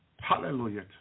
Hallelujah